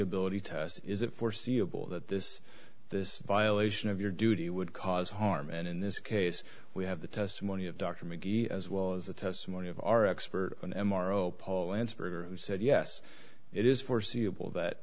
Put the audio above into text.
ability test is it foreseeable that this this violation of your duty would cause harm and in this case we have the testimony of dr mcgee as well as the testimony of our expert on m r o paul answer who said yes it is foreseeable that